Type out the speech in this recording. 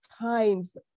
times